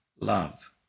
love